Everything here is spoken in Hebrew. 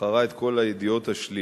בחרה את כל הידיעות השליליות,